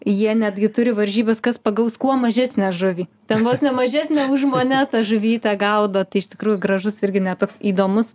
jie netgi turi varžybas kas pagaus kuo mažesnę žuvį ten vos ne mažesnė už mane tą žuvytę gaudo tai iš tikrųjų gražus irgi na toks įdomus